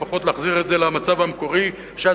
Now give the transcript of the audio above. לפחות להחזיר את זה למצב המקורי שהיה